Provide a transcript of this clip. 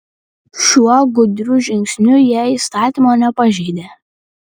šiuo gudriu žingsniu jie įstatymo nepažeidė